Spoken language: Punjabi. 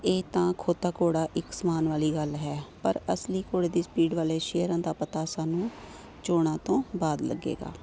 ਇਹ ਤਾਂ ਖੋਤਾ ਘੋੜਾ ਇੱਕ ਸਮਾਨ ਵਾਲੀ ਗੱਲ ਹੈ ਪਰ ਅਸਲੀ ਘੋੜੇ ਦੀ ਸਪੀਡ ਵਾਲੇ ਸ਼ੇਅਰਾਂ ਦਾ ਪਤਾ ਸਾਨੂੰ ਚੋਣਾਂ ਤੋਂ ਬਾਅਦ ਲੱਗੇਗਾ